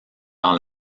dans